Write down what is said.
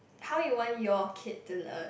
how you want your kid to learn